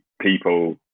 people